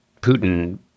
putin